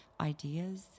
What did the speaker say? ideas